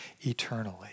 eternally